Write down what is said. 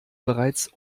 bereits